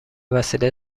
وسیله